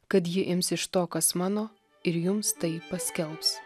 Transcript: kad ji ims iš to kas mano ir jums tai paskelbs